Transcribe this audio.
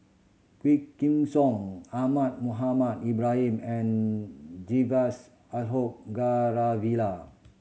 Quah Kim Song Ahmad Mohamed Ibrahim and Ashok Ghariwala